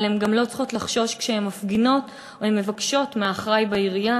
אבל הן גם לא צריכות לחשוש כשהן מפגינות או מבקשות מהאחראי בעירייה,